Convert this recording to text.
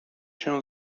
się